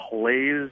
plays